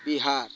Bihar